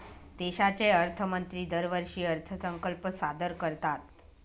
देशाचे अर्थमंत्री दरवर्षी अर्थसंकल्प सादर करतात